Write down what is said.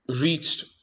reached